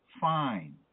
fine